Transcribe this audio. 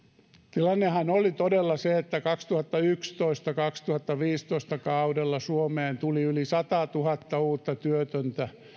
tilannehan oli todella se että kaudella kaksituhattayksitoista viiva kaksituhattaviisitoista suomeen tuli yli satatuhatta uutta työtöntä